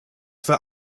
für